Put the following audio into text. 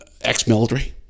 ex-military